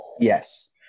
Yes